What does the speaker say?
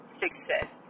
success